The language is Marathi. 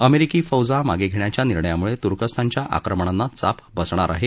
अमेरिकी फौजा मागे घेण्याच्या निर्णयामुळे तुर्कस्थानच्या आक्रमणांना चाप बसणार आहे